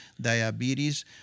diabetes